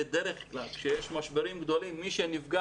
בדרך כלל כשיש משברים גדולים מי שנפגע